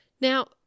Now